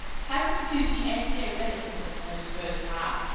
hasn't sooty any near relatives as most birds have?